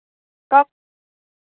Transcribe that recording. কওক